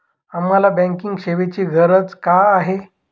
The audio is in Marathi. आम्हाला बँकिंग सेवेची गरज का आहे?